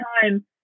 time